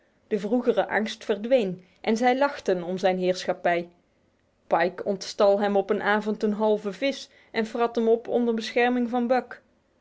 de vroegere angst verdween en zij lachten om zijn heerschappij pike ontstal hem op een avond een halve vis en vrat hem op onder bescherming van buck